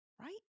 Right